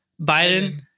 Biden